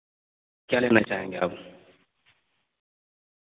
کیا لینا چاہیں گے آپ